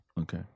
okay